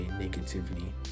negatively